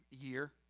year